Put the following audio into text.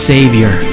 Savior